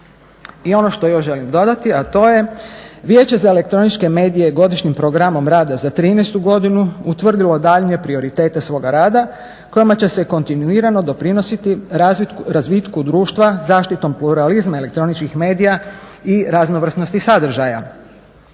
I ono što još želim dodati a to je Vijeće za elektroničke medije godišnjim programom rada za 13.godinu utvrdilo daljnje prioritete svoga rada kojima će se kontinuirano doprinositi razvitku društva, zaštitom pluralizma elektroničkih medija i raznovrsnosti sadržaja.